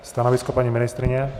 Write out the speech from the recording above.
Stanovisko paní ministryně?